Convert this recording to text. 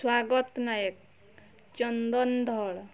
ସ୍ୱାଗତ ନାଏକ ଚନ୍ଦନ ଧଳ